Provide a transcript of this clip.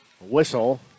whistle